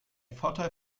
vorteil